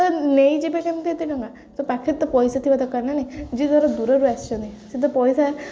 ତ ନେଇଯିବେ କେମିତି ଏତେ ଟଙ୍କା ତ ପାଖରେ ତ ପଇସା ଥିବା ଦରକାର ନାହିଁ ଯିଏ ଧର ଦୂରରୁ ଆସିଛନ୍ତି ସେ ତ ପଇସା